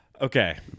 Okay